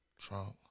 Trump